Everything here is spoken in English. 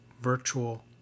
virtual